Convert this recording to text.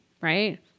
right